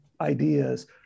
ideas